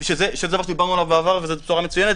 זה מה שדיברנו עליו בעבר, וזו בשורה מצוינת.